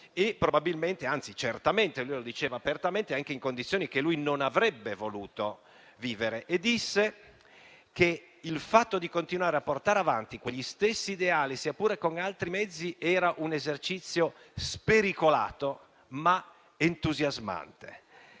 e probabilmente, anzi certamente - come diceva apertamente - in condizioni che lui non avrebbe voluto vivere. Disse che il fatto di continuare a portare avanti quegli stessi ideali sia pure con altri mezzi era un esercizio spericolato, ma entusiasmante.